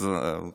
זאת אומרת,